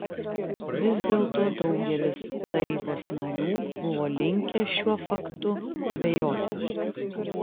vis dėlto daugelis tarybos narių buvo linkę šiuo faktu abejoti